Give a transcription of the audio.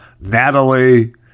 Natalie